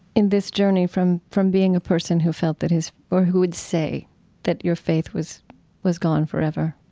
in this journey from from being a person who felt that his or who would say that your faith was was gone forever,